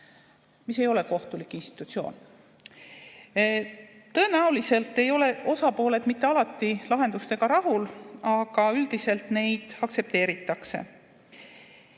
mis ei ole kohtulik institutsioon. Tõenäoliselt ei ole osapooled mitte alati lahendustega rahul, aga üldiselt neid aktsepteeritakse.